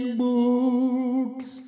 boots